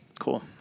Cool